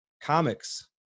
comics